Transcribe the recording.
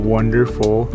Wonderful